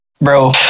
bro